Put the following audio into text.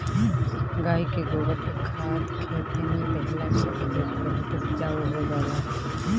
गाई के गोबर के खाद खेते में देहला से खेत बहुते उपजाऊ हो जाला